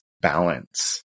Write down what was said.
balance